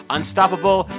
Unstoppable